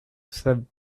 said